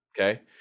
Okay